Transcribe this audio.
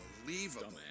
Unbelievable